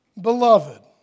Beloved